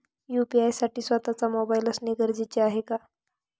UPI साठी स्वत:चा mobile असणे गरजेचे आहे का?